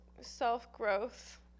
self-growth